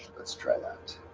let's try that